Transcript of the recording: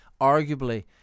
arguably